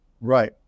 Right